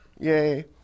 Yay